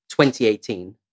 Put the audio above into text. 2018